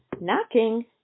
knocking